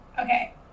Okay